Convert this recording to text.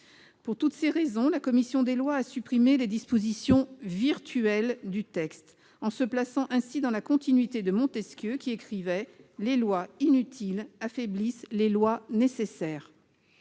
Pour toutes ces raisons, la commission des lois a supprimé les dispositions virtuelles du texte, se plaçant ainsi dans la continuité de Montesquieu lorsqu'il écrivait :« Les lois inutiles affaiblissent les lois nécessaires.